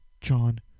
John